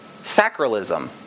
Sacralism